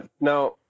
now